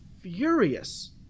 furious